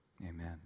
Amen